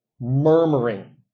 murmuring